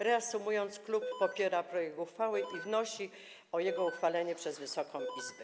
Reasumując: klub popiera projekt uchwały i wnosi o jego uchwalenie przez Wysoką Izbę.